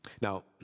Now